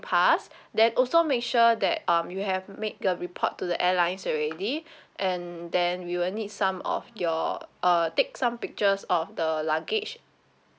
pass then also make sure that um you have make a report to the airlines already and then we will need some of your uh take some pictures of the luggage